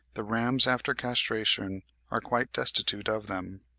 the rams after castration are quite destitute of them.